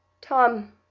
Tom